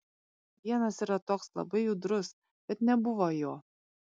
vienas yra toks labai judrus bet nebuvo jo